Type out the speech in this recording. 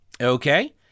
Okay